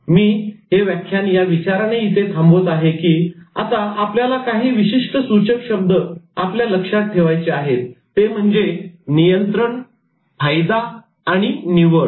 मी हे व्याख्यान या विचाराने इथे थांबवत आहे की आता आपल्याला काही विशिष्ट सूचक शब्द आपल्या लक्षात ठेवायचे आहेत ते म्हणजे 'नियंत्रण' 'फायदा' आणि 'निवड'